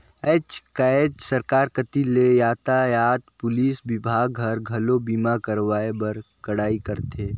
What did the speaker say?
आयज कायज सरकार कति ले यातयात पुलिस विभाग हर, घलो बीमा करवाए बर कड़ाई करथे